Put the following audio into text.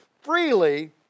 freely